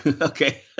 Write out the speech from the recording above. Okay